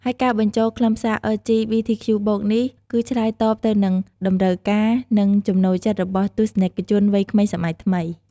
ហើយការបញ្ចូលខ្លឹមសារ អិល ជី ប៊ី ធី ខ្ជូ បូក (LGBTQ+) នេះគឺឆ្លើយតបទៅនឹងតម្រូវការ និងចំណូលចិត្តរបស់ទស្សនិកជនវ័យក្មេងសម័យថ្មី។